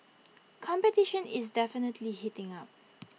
competition is definitely heating up